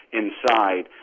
inside